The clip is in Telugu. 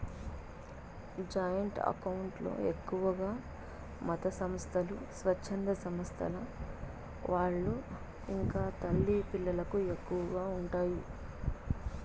జాయింట్ అకౌంట్ లో ఎక్కువగా మతసంస్థలు, స్వచ్ఛంద సంస్థల వాళ్ళు ఇంకా తల్లి పిల్లలకు ఎక్కువగా ఉంటాయి